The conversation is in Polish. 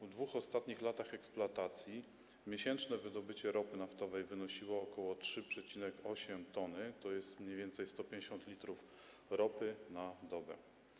W dwóch ostatnich latach eksploatacji miesięczne wydobycie ropy naftowej wynosiło ok. 3,8 t, tj. mniej więcej 150 l ropy na dobę.